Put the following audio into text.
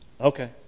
Okay